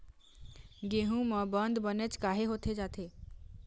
गेहूं म बंद बनेच काहे होथे जाथे?